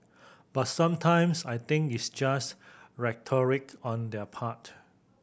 but sometimes I think it's just rhetoric on their part